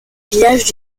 villages